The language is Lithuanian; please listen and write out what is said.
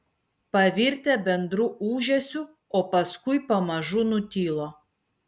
pavirtę bendru ūžesiu o paskui pamažu nutilo